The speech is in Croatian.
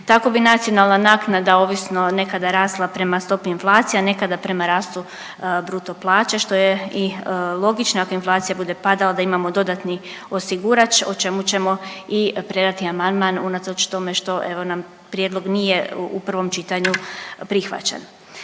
Tako bi nacionalna naknada ovisno nekada rasla prema stopi inflacije, a nekada prema rastu bruto plaća što je i logično ako inflacija bude padala da imamo dodatni osigurač o čemu ćemo i predati amandman unatoč tome što evo nam prijedlog nije u prvom čitanju prihvaćen.